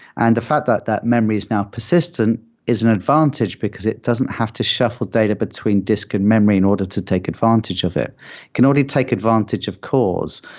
and the fact that that memory is now persistent is an advantage, because it doesn't have to shuffle data between disk and memory in order to take advantage of it. you can already take advantage of cores.